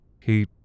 He